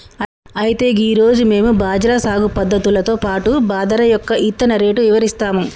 అయితే గీ రోజు మేము బజ్రా సాగు పద్ధతులతో పాటు బాదరా యొక్క ఇత్తన రేటు ఇవరిస్తాము